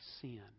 sin